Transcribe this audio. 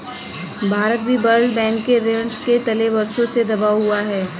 भारत भी World Bank के ऋण के तले वर्षों से दबा हुआ है